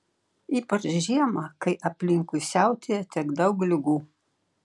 ypač žiemą kai aplinkui siautėja tiek daug ligų